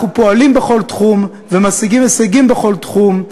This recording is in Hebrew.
אנחנו פועלים בכל תחום ומשיגים הישגים בכל תחום,